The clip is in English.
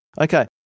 Okay